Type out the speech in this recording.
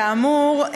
כאמור,